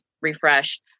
refresh